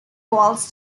walls